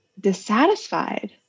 dissatisfied